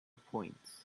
points